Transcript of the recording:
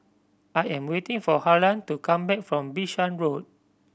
I am waiting for Harlan to come back from Bishan Road